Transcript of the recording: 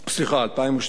סליחה, 2012,